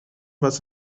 was